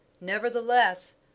Nevertheless